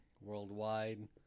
Worldwide